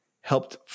helped